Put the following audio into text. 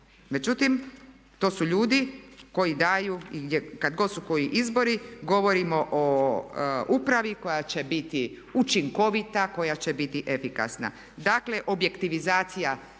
Međutim, to su ljudi koji daju i kad god su koji izbori govorimo o upravi koja će biti učinkovita, koja će biti efikasna. Dakle, objektivizacija